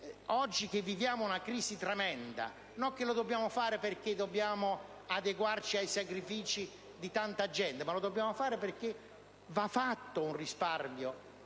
oggi viviamo una crisi tremenda, non lo dobbiamo fare perché dobbiamo adeguarci ai sacrifici di tanta gente, ma perché va fatto un risparmio